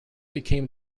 became